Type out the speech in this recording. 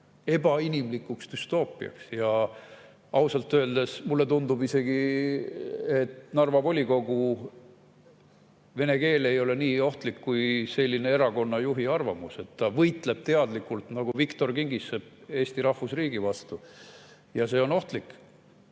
ebainimlikuks düstoopiaks. Ausalt öeldes mulle tundub isegi, et Narva volikogu vene keel ei ole nii ohtlik kui erakonna juhi selline arvamus. Ta võitleb teadlikult nagu Viktor Kingissepp Eesti rahvusriigi vastu ja see on ohtlik.